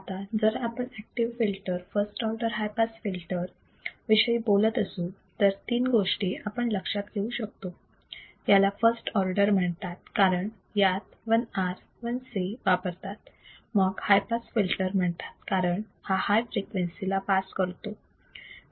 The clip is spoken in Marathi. आता जर आपण active filter first order high pass filter विषयी बोलत असू तर तीन गोष्टी आपण लक्षात घेऊ शकतो याला फर्स्ट ऑर्डर म्हणतात कारण यात 1 R 1 C वापरतात मग हाय पास फिल्टर म्हणतात कारण हा हाय फ्रिक्वेन्सी ला पास करतो